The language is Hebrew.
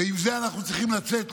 ועם זה אנחנו צריכים לצאת,